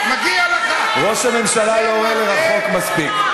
ראש הממשלה לא רואה מספיק למרחוק.